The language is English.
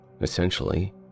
essentially